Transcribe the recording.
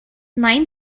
nine